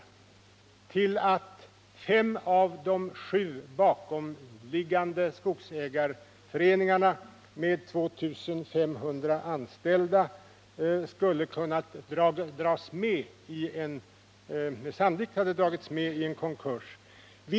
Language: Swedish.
Det skulle ha kunnat leda till att fem av de sju bakomliggande skogsägarföreningarna med 2 500 anställda sannolikt hade dragits med i konkursen.